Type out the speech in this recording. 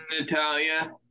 Natalia